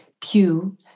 pew